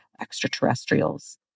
extraterrestrials